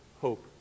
hope